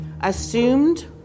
assumed